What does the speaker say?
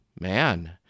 man